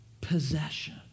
possession